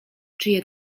czyje